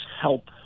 help